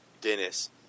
Dennis